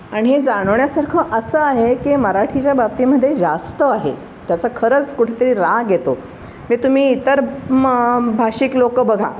आणि हे जाणवण्यासारखं असं आहे की मराठीच्या बाबतीमध्ये जास्त आहे त्याचा खरंच कुठेतरी राग येतो मे तुम्ही इतर मग भाषिक लोकं बघा